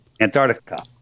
Antarctica